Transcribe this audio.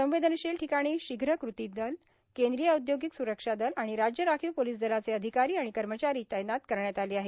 संवेदनशील ठिकाणी शीघ्र कृतीदल केंद्रीय औद्योगिक सुरक्षादल आणि राज्य राखीव पोलीस दलाचे अधिकारी आणि कर्मचारी तैनात करण्यात आले आहेत